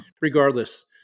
regardless